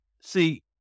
See